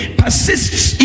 persists